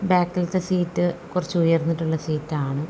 ബാക്കിലത്തെ seat കുറച്ച് ഉയർന്നിട്ടുള്ള സീറ്റാണ്